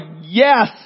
yes